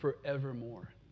forevermore